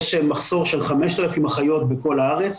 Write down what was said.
יש מחסור של 5,000 אחיות בכל הארץ.